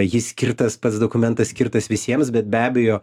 jis skirtas pats dokumentas skirtas visiems bet be abejo